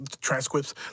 Transcripts